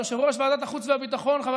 ויושב-ראש ועדת החוץ והביטחון חבר